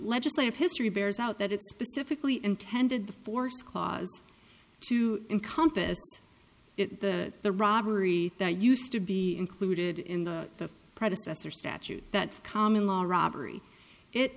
legislative history bears out that it specifically intended the force clause to encompass it the the robbery that used to be included in the predecessor statute that common law robbery it